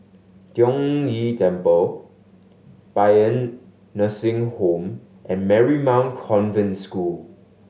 Tiong Ghee Temple Paean Nursing Home and Marymount Convent School